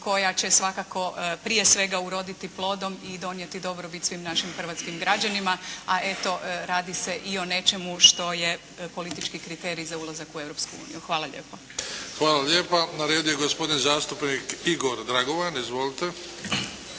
koja će svakako prije svega uroditi plodom i donijeti dobrobit svim našim hrvatskim građanima, a eto radi se i o nečemu što je politički kriterij za ulazak u Europsku uniju. Hvala lijepo. **Bebić, Luka (HDZ)** Hvala lijepa. Na redu je gospodin zastupnik Igor Dragovan. Izvolite.